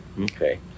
Okay